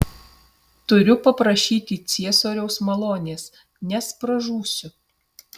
turiu paprašyti ciesoriaus malonės nes pražūsiu